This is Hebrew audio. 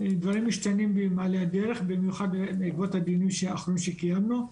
דברים משתנים במעלה הדרך ובמיוחד בעקבות הדיונים האחרונים שקיימנו.